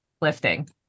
lifting